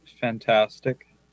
fantastic